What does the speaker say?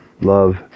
love